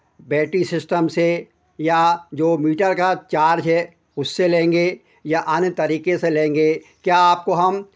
battery system से या जो मीटर का चार्ज़ है उससे लेंगे या अन्य तरीके से लेंगे क्या आपको हम